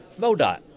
MoDOT